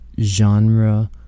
genre